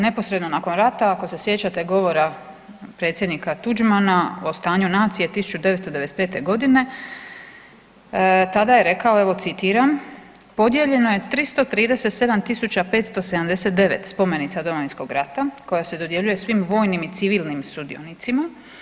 Neposredno nakon rata ako se sjećate govora predsjednika Tuđmana o stanju nacije 1995. godine tada je rekao, evo citiram: „Podijeljeno je 337579 spomenica Domovinskog rata koja se dodjeljuje svim vojnim i civilnim sudionicima.